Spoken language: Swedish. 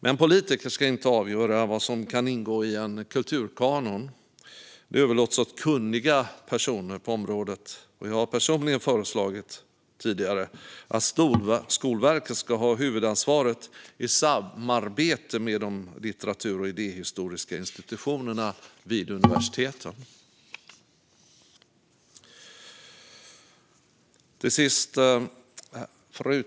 Men politiker ska inte avgöra vad som ska ingå i en kulturkanon. Det överlåts åt kunniga personer på området. Jag har personligen tidigare föreslagit att Skolverket ska ha huvudansvaret i samarbete med de litteratur och idéhistoriska institutionerna vid universiteten. Fru talman!